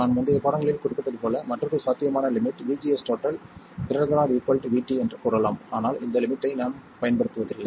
நான் முந்தைய பாடங்களில் குறிப்பிட்டது போல் மற்றொரு சாத்தியமான லிமிட் VGS ≥ VT என்று கூறலாம் ஆனால் இந்த லிமிட்டை நாம் பயன்படுத்துவதில்லை